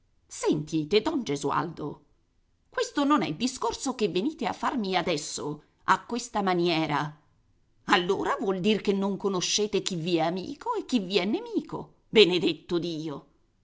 sacco sentite don gesualdo questo non è discorso che venite a farmi adesso a questa maniera allora vuol dire che non conoscete chi vi è amico e chi vi è nemico benedetto dio